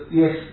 yes